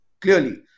clearly